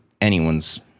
anyone's